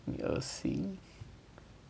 !ee! 恶心